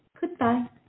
goodbye